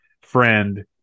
friend